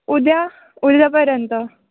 उद्या उद्यापर्यंत